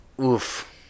Oof